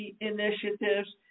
initiatives